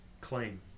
claim